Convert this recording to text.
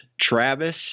Travis